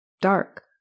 dark